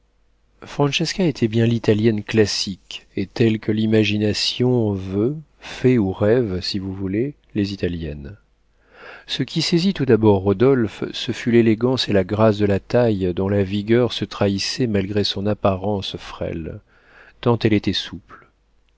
était bien l'italienne classique et telle que l'imagination veut fait ou rêve si vous voulez les italiennes ce qui saisit tout d'abord rodolphe ce fut l'élégance et la grâce de la taille dont la vigueur se trahissait malgré son apparence frêle tant elle était souple